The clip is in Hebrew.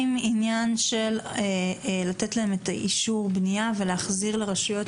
מה עם ההצעה לתת להם אישור בנייה ולהחזיר לרשויות